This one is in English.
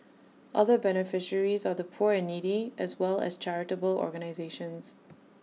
other beneficiaries are the poor and needy as well as charitable organisations